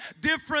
different